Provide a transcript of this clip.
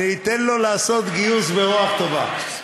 אני אתן לו לעשות גיוס, ברוח טובה.